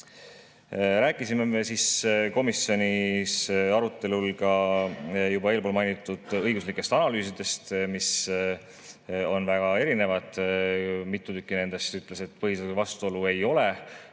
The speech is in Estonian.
Rääkisime komisjonis arutelul ka eespool mainitud õiguslikest analüüsidest, mis on väga erinevad. Mitu nendest ütles, et põhiseadusega vastuolu ei ole.